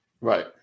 Right